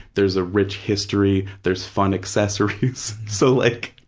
there's a rich history. there's fun accessories. so like,